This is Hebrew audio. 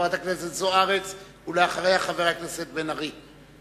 חברת הכנסת זוארץ, ואחריה, חבר הכנסת בן-ארי.